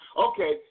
Okay